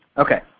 Okay